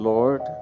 Lord